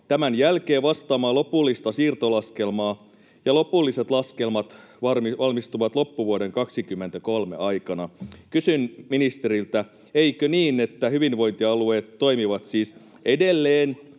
tämän jälkeen vastaamaan lopullista siirtolaskelmaa, ja lopulliset laskelmat valmistuvat loppuvuoden 23 aikana. Kysyn ministeriltä: eikö niin, että hyvinvointialueet toimivat siis edelleen